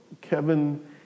Kevin